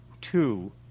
two